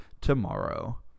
tomorrow